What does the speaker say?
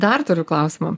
dar turiu klausimą